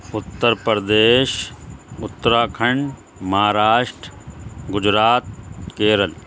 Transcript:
Uttar Pradesh Uttarakhand Maharashtra Gujarat Kerala